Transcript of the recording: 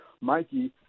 Mikey